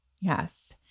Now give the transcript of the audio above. Yes